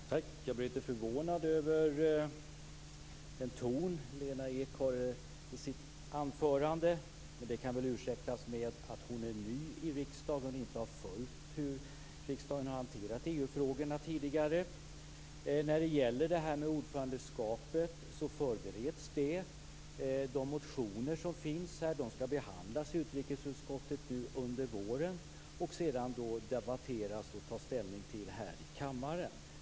Fru talman! Jag blev lite förvånad över den ton som Lena Ek hade i sitt anförande. Den kan väl ursäktas med att hon är ny i riksdagen och inte har följt hur riksdagen har hanterat EU-frågorna tidigare. Ordförandeskapet förbereds. De motioner som finns skall behandlas i utrikesutskottet under våren. Sedan skall de debatteras, och man skall ta ställning till dem här i kammaren.